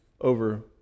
over